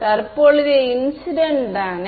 தற்போதைய இன்சிடென்ட் தானே